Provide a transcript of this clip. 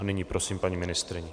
Nyní prosím paní ministryni.